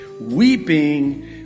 Weeping